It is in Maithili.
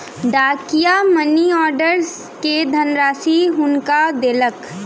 डाकिया मनी आर्डर के धनराशि हुनका देलक